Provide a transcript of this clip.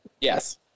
Yes